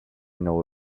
nor